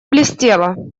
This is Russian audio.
блестело